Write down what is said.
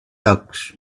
asked